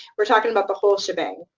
we're talking about the whole shebang,